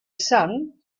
son